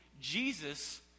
Jesus